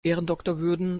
ehrendoktorwürden